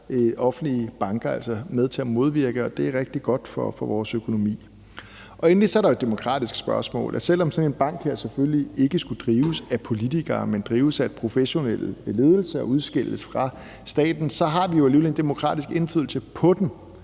offentlige banker altså med til modvirke, og det er rigtig godt for vores økonomi. Endelig er der det demokratiske spørgsmål, i forhold til at selv om sådan en bank her selvfølgelig ikke skulle drives af politikere, men af professionelle ledelser og udskilles fra staten, har vi jo alligevel en demokratisk indflydelse på den,